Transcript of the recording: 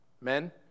Men